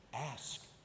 ask